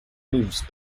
moves